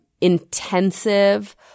intensive